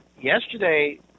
yesterday